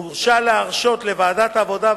מוצע להרשות לוועדת העבודה,